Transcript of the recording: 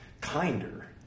kinder